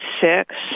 six